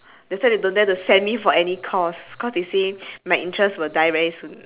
that's why they don't dare to send me for any course cause they say my interest will die very soon